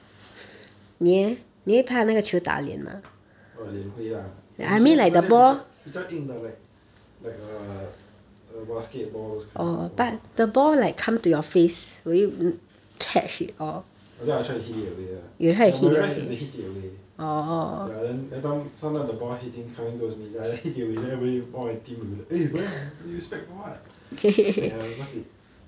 oh 脸会 ah especially 那些比较比较硬的 like like err err basketball those kind !wah! I think I will try to hit it away ah but by right not supposed to hit it away sometime the ball hitting coming towards me then I just hit away then everybody all my team will be like eh why you smack for what ya because it